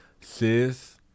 sis